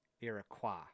Iroquois